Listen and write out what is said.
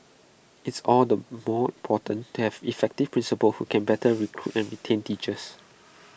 it's all the more important to have effective principals who can better recruit and retain teachers